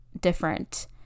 different